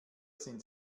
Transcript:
sind